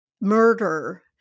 murder